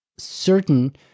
certain